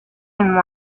and